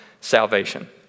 salvation